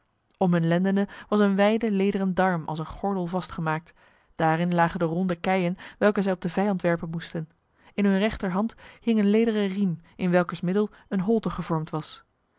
om hun lendenen was een wijde lederen darm als een gordel vastgemaakt daarin lagen de ronde keien welke zij op de vijand werpen moesten in hun rechterhand hing een lederen riem in welkers middel een holte gevormd was